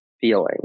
feeling